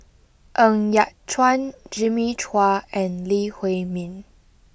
Ng Yat Chuan Jimmy Chua and Lee Huei Min